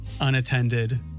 unattended